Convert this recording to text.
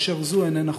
כאשר זו אינה חוקית.